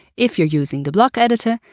if you're using the block editor,